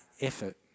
effort